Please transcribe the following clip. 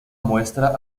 muestra